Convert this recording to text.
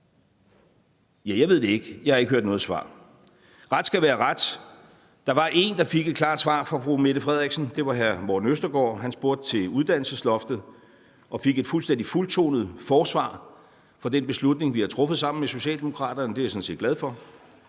Jeg ved det ikke, jeg har ikke hørt noget svar. Ret skal være ret. Der var en, der fik et klart svar fra fru Mette Frederiksen. Det var hr. Morten Østergaard. Han spurgte til uddannelsesloftet og fik et fuldstændig fuldtonet forsvar for den beslutning, vi har truffet sammen med Socialdemokratiet. Det er jeg sådan set glad for.